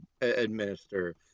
administer